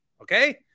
Okay